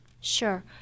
Sure